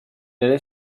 allait